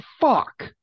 fuck